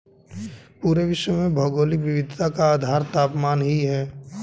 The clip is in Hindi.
पूरे विश्व में भौगोलिक विविधता का आधार तापमान ही है